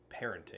parenting